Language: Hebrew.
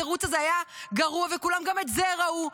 התירוץ הזה היה גרוע, וכולם גם את זה ראו.